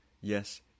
Yes